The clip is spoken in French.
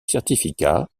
certificat